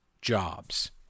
jobs